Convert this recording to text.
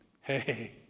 hey